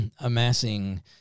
amassing